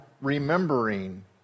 remembering